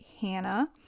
Hannah